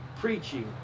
preaching